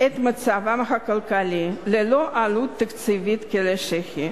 את מצבם הכלכלי ללא עלות תקציבית כלשהי.